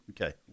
Okay